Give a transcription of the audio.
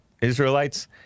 Israelites